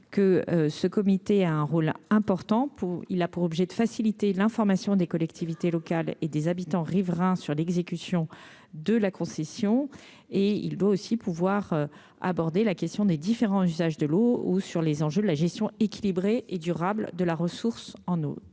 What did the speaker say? ce comité a un rôle important pour, il a pour objet de faciliter l'information des collectivités locales et des habitants riverains sur l'exécution de la concession et il doit aussi pouvoir aborder la question des différents usages de l'eau ou sur les enjeux de la gestion équilibrée et durable de la ressource en eau,